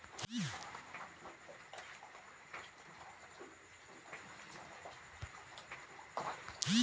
कोई अल्प अवधि योजना बताऊ?